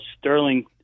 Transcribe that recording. Sterling